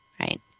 Right